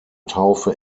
taufe